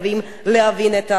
להבין את הכאב הזה.